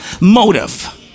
motive